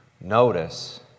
notice